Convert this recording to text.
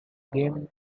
game